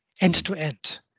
end-to-end